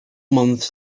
months